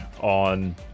on